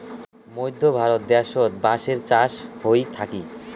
মধ্য ভারত দ্যাশোত বাঁশের চাষ হই থাকি